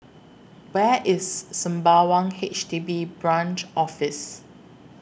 Where IS Sembawang H D B Branch Office